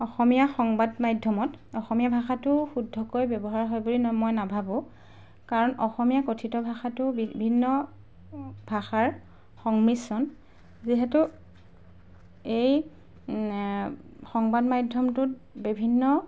অসমীয়া সংবাদ মাধ্যমত অসমীয়া ভাষাটো শুদ্ধকৈ ব্যৱহাৰ হয় বুলি মই নাভাবোঁ কাৰণ অসমীয়া কথিত ভাষাটো বিভিন্ন ভাষাৰ সংমিশ্ৰণ যিহেতু এই সংবাদ মাধ্যমটোত বিভিন্ন